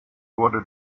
wurde